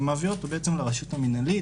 ומעביר אותו לרשות המינהלית,